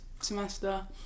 semester